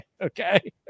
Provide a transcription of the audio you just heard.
Okay